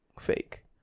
fake